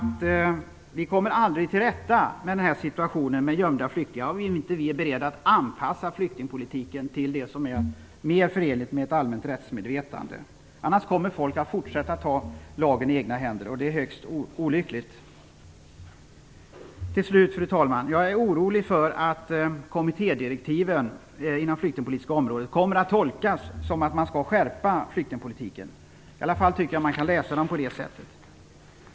Vi kommer aldrig till rätta med situationen med gömda flyktingar om vi inte är beredda att anpassa flyktingpolitiken till det som är mer förenligt med allmänt rättsmedvetande. Annars kommer människor att fortsätta att ta lagen i egna händer, och det är högst olyckligt. Fru talman! Jag är slutligen orolig för att kommittédirektiven inom det flyktingpolitiska området kommer att tolkas som att man skall skärpa flyktingpolitiken. Man kan i varje fall läsa dem på det sättet.